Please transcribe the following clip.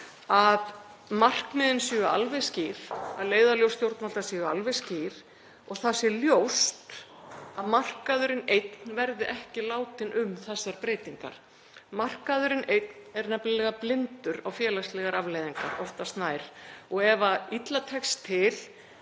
að markmiðin séu alveg skýr, að leiðarljós stjórnvalda séu alveg skýr og það sé ljóst að markaðurinn einn verði ekki látinn um þessar breytingar. Markaðurinn einn er nefnilega blindur á félagslegar afleiðingar, oftast nær, og ef illa tekst til